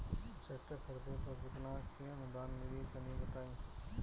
Tractor खरीदे पर कितना के अनुदान मिली तनि बताई?